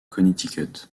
connecticut